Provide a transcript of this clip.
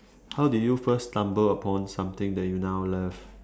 how did you first stumble upon something that you now love